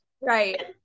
right